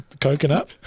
coconut